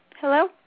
hello